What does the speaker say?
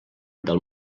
del